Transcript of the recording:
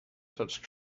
such